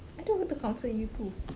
I don't want to counsel you too